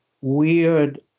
weird